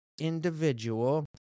individual